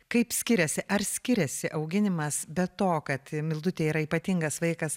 kaip skiriasi ar skiriasi auginimas be to kad mildutė yra ypatingas vaikas